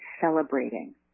celebrating